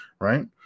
right